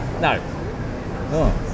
No